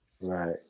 Right